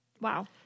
Wow